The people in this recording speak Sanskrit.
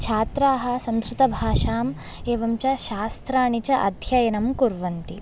छात्राः संस्कृतभाषां एवञ्च शास्त्राणि च अध्ययनं कुर्वन्ति